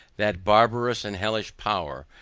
that barbarous and hellish power,